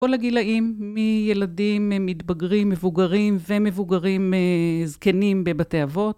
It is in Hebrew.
כל הגילאים מילדים, מתבגרים, מבוגרים ומבוגרים זקנים בבתי אבות.